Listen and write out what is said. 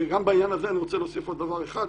גם בעניין הזה אני רוצה להוסיף עוד דבר אחד,